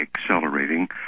accelerating